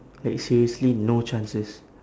like seriously no chances